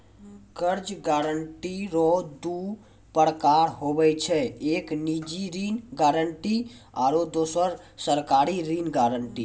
कर्जा गारंटी रो दू परकार हुवै छै एक निजी ऋण गारंटी आरो दुसरो सरकारी ऋण गारंटी